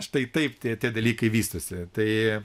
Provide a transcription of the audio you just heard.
štai taip tie tie dalykai vystosi tai